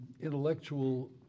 intellectual